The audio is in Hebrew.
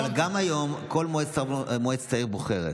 גם היום כל מועצת העיר בוחרת.